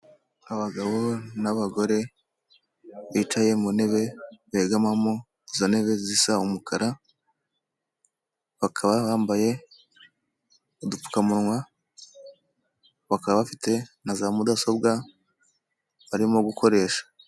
Abagabo n'abagore, bicaye mu ntebe begamamo, izo ntebe zisa umukara, bakaba bambaye udupfukamunwa, bakaba bafite na za mudasobwa barimo gukoresha.